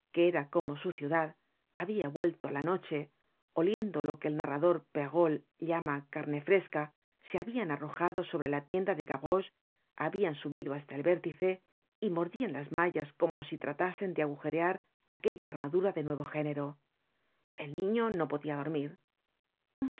era como su ciudad habia vuelto á la noche oliendo lo que el narrador perrault llama tcarne fresca se habian arrojado sobre la tienda de gavroche habían subido hasta el vértice y mordian las mallas como si tratasen de agujerear aquella armadura de nuevo género el niño no podia dormir señor